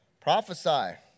Prophesy